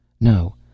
No